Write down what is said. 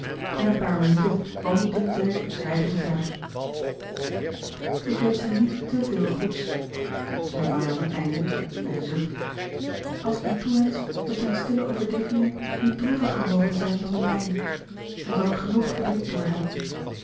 en een paar minuten wandelden zij zwijgend verder ik wensch hem niet te veel goeds zei marianne eindelijk met een zucht als ik hem toewensch dat zijn stille overdenkingen niet droeviger mogen zijn dan de mijne hij zal er genoeg verdriet door hebben